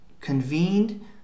convened